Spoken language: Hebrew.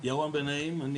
אני ירון בן נעים,